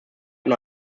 nur